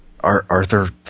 Arthur